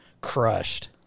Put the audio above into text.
crushed